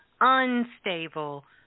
unstable